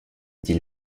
dit